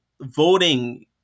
voting